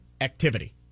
activity